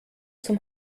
zum